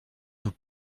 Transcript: nous